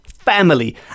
family